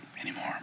anymore